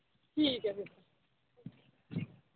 ठीक ऐ फिर तां